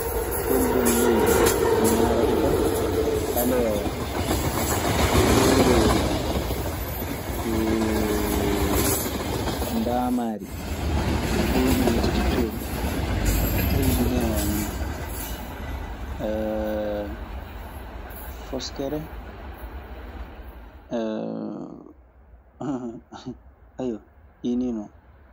Ɓoggol leydi, ko ŋaarata ka ɓaleewa, koorooru, e ndaamaari ɗii miccititoomi. Ɓeydude hen foskere. Ɗii nii non.